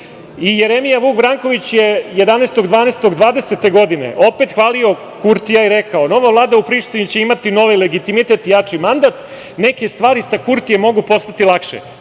srpski. Jeremija Vuk Branković je 11. decembra 2020. godine opet hvalio Kutija i rekao: „Nova Vlada u Prištini će imati novi legitimitet i jači mandat. Neke stvari sa Kurtijem mogu postati lakše“,